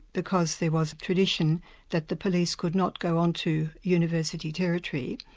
because there was a tradition that the police could not go onto university territory,